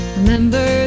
Remember